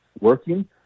working